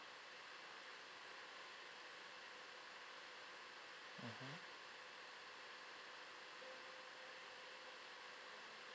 mmhmm